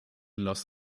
los